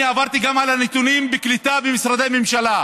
אני גם עברתי על הנתונים של הקליטה במשרדי ממשלה.